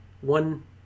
one